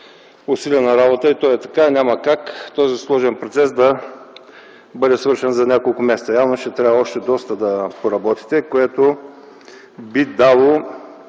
усилена работа и то е така – няма как този сложен процес да бъде свършен за няколко месеца. Явно ще трябва още доста да поработите, което би дало